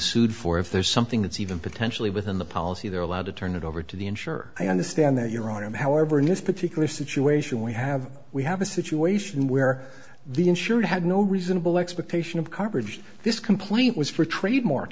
sued for if there's something that's even potentially within the policy they're allowed to turn it over to the insurer i understand that your arm however in this particular situation we have we have a situation where the insured had no reasonable expectation of coverage this complaint was for trademark